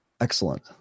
excellent